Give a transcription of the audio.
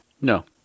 No